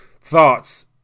thoughts